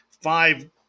five